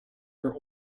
for